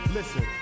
Listen